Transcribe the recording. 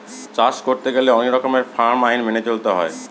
চাষ করতে গেলে অনেক রকমের ফার্ম আইন মেনে চলতে হয়